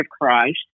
Christ